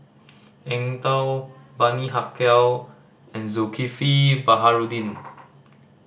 Eng Tow Bani Haykal and Zulkifli Baharudin